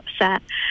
upset